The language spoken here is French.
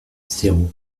zéro